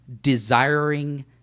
desiring